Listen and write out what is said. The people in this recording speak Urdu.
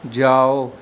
جاؤ